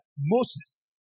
Moses